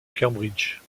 cambridge